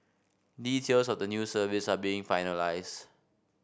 details of the new service are being finalised